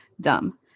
Dumb